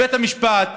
בית המשפט,